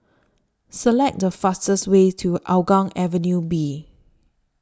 Select The fastest Way to Hougang Avenue B